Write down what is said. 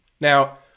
Now